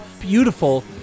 beautiful